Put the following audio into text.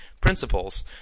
principles